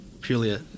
purely